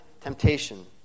temptation